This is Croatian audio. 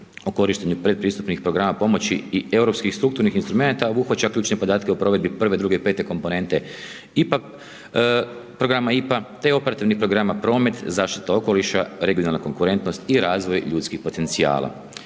o korištenju pretpristupnih programa pomoći i europskih strukturnih instrumenata obuhvaća ključne podatke o provedbi 1, 2, 5 komponente IPA-a programa IPA te operativni programa promet, zaštite okoliša, regionalna konkurentnost i razvoj ljudskih potencijala